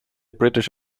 british